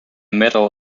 metal